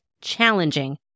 challenging